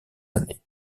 années